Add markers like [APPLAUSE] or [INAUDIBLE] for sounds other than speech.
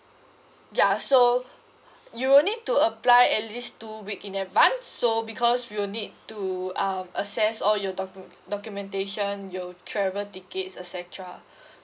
ya so you'll need to apply at least two weeks in advance so because we'll need to um assess all you docu~ documentations your travel tickets et cetera [BREATH]